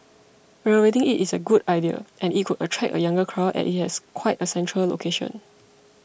renovating it is a good idea and it could attract a younger crowd as it has quite a central location